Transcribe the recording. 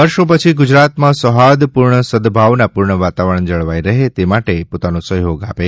વર્ષો પછી ગુજરાતમાં સૌહાર્દપૂર્ણ સદભાવનાપૂર્ણ વાતાવરણ જળવાઈ રહે તે માટે પોતાનો સહયોગ આપે